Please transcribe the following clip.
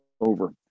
over